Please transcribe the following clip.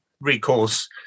recourse